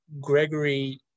Gregory